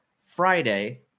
Friday